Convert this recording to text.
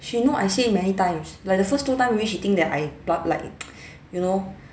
she know I say many times like the first two time already she think that I like you know